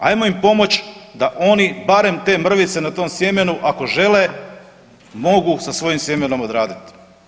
Hajmo im pomoći da oni barem te mrvice na tom sjemenu ako žele mogu sa svojim sjemenom odraditi.